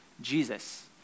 Jesus